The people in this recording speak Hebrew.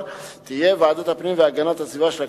תהיה ועדת הפנים והגנת הסביבה של הכנסת,